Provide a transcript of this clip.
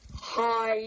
Hi